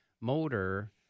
motor